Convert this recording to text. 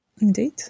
indeed